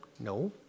No